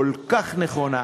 כל כך נכונה,